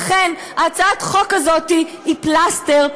לכן הצעת החוק הזאת היא פלסטר,